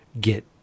get